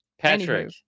Patrick